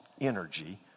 energy